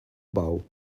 bow